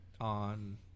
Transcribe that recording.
on